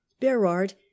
berard